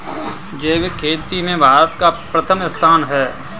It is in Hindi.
जैविक खेती में भारत का प्रथम स्थान है